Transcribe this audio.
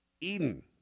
Eden